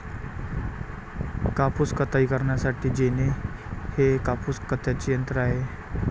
कापूस कताई करण्यासाठी जेनी हे कापूस कातण्याचे यंत्र आहे